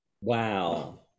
Wow